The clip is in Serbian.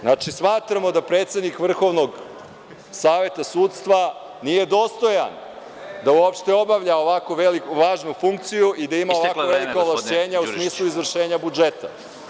Znači, smatramo da predsednik Vrhovnog saveta sudstva nije dostojan da uopšte obavlja ovako važnu funkciju i da ima ovako velika ovlašćenja u smislu izvršenja budžeta.